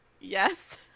yes